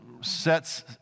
sets